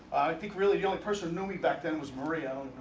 think really the only person knew me back then was maria